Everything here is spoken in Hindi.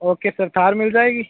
ओके सर थार मिल जाएगी